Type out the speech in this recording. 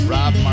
Rob